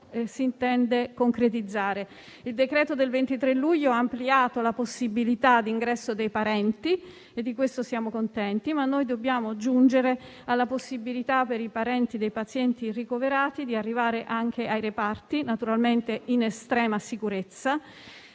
si intenda concretizzare il decreto del 23 luglio ha ampliato la possibilità di ingresso dei parenti - e di questo siamo contenti - ma dobbiamo giungere alla possibilità per i parenti dei pazienti ricoverati di arrivare anche ai reparti, naturalmente in estrema sicurezza,